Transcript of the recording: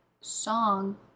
song